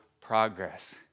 progress